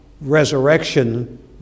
resurrection